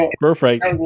perfect